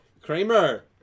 Kramer